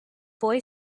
boy